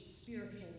spiritual